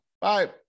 Bye